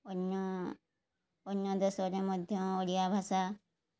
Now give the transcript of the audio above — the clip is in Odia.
ଅନ୍ୟ ଅନ୍ୟ ଦେଶରେ ମଧ୍ୟ ଓଡ଼ିଆ ଭାଷା